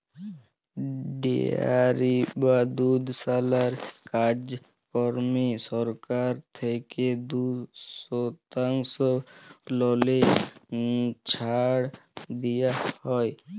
dairy বা দুধশালার কাজকম্মে সরকার থ্যাইকে দু শতাংশ ললে ছাড় দিয়া হ্যয়